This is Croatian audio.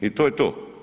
I to je to.